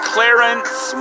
Clarence